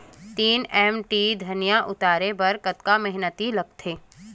तीन एम.टी धनिया उतारे बर कतका मेहनती लागथे?